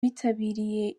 bitabiriye